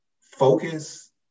Focus